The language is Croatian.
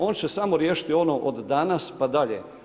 On će samo riješiti ono od danas pa dalje.